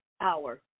hour